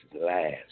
last